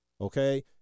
okay